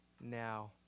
now